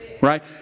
right